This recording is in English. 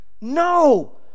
No